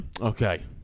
okay